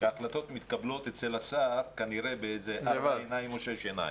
שהחלטות מתקבלות אצל השר כנראה בארבע עיניים או בשש עיניים.